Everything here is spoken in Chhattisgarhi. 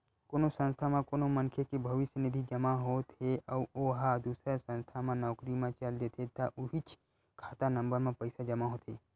कोनो संस्था म कोनो मनखे के भविस्य निधि जमा होत हे अउ ओ ह दूसर संस्था म नउकरी म चल देथे त उहींच खाता नंबर म पइसा जमा होथे